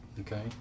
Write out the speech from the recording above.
Okay